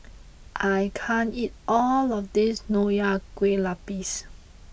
I can't eat all of this Nonya Kueh Lapis